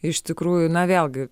iš tikrųjų na vėlgi